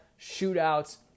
shootouts